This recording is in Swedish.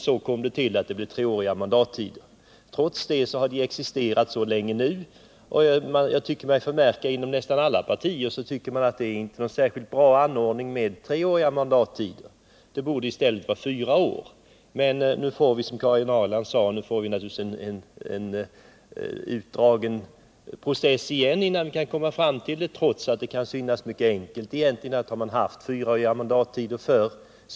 Trots detta har de treåriga mandatperioderna nu existerat en lång tid. Jag tycker mig inom nästan alla partier förmärka den uppfattningen att de treåriga mandatperioderna inte är någon bra anordning. Mandatperioderna borde i stället vara fyraåriga. Men nu får vi, som Karin Ahrland sade, åter en utdragen process, trots att det kan synas mycket enkelt att återgå till fyraåriga mandatperioder.